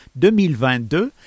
2022